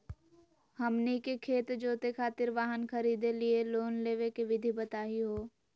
हमनी के खेत जोते खातीर वाहन खरीदे लिये लोन लेवे के विधि बताही हो?